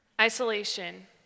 isolation